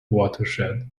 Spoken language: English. watershed